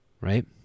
Right